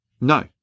No